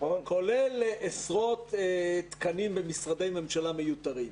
כולל עשרות תקנים במשרדי ממשלה מיותרים.